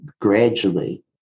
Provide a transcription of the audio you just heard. gradually